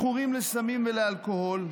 מכורים לסמים ולאלכוהול,